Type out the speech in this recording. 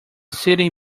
city